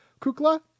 Kukla